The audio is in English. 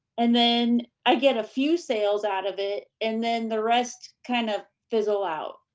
and then i get a few sales out of it and then the rest kind of fizzle out.